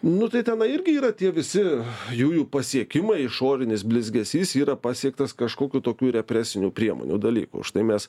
nu tai tenai irgi yra tie visi jųjų pasiekimai išorinis blizgesys yra pasiektas kažkokių tokių represinių priemonių dalykų štai mes